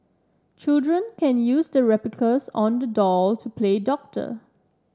children can use the replicas on the doll to play doctor